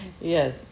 Yes